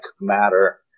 matter